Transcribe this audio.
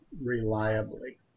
reliably